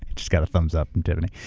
just got a thumbs up from tiffany.